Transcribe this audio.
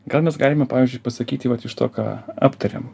gal mes galime pavyzdžiui pasakyti vat iš to ką aptarėm